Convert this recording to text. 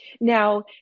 Now